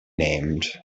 named